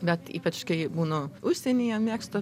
bet ypač kai būnu užsienyje mėgstu